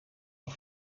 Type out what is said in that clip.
een